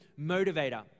motivator